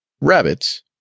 Rabbits